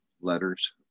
letters